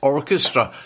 Orchestra